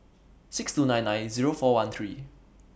six two nine nine Zero four one three